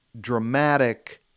dramatic